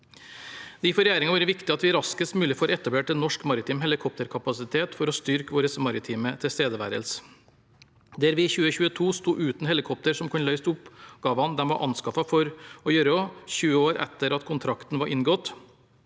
Det har for regjeringen vært viktig at vi raskest mulig får etablert en norsk maritim helikopterkapasitet for å styrke vår maritime tilstedeværelse. Der vi i 2022 sto uten helikopter som kunne løse de oppgaver de var anskaffet for å gjøre – 20 år etter at kontrakten var inngått